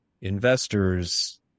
investors